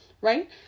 Right